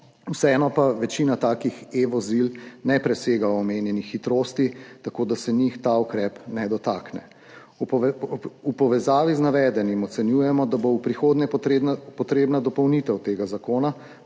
Vseeno pa večina takih e-vozil ne presega omenjenih hitrosti, tako da se njih ta ukrep ne dotakne. V povezavi z navedenim ocenjujemo, da bo v prihodnje potrebna dopolnitev tega zakona,